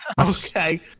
Okay